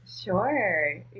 Sure